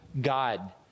God